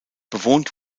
bewohnt